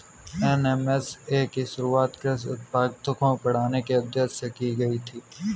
NMSA की शुरुआत कृषि उत्पादकता को बढ़ाने के उदेश्य से की गई थी